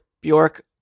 Bjork